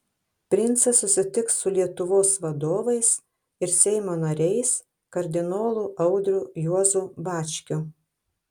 princas susitiks su lietuvos vadovais ir seimo nariais kardinolu audriu juozu bačkiu